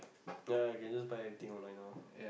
ya can just buy everything online now